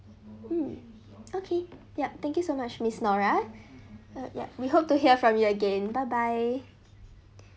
mm okay yup thank you so much miss nora uh ya we hope to hear from you again bye bye